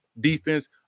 defense